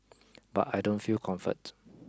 but I don't feel comfort